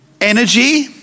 energy